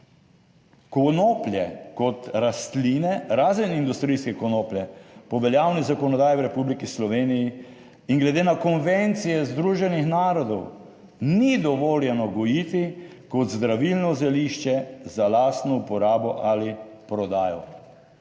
Konoplje kot rastline, razen industrijske konoplje, po veljavni zakonodaji v Republiki Sloveniji in glede na konvencije Združenih narodov ni dovoljeno gojiti kot zdravilno zelišče za lastno uporabo ali prodajo.